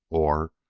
or,